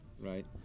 right